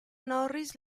norris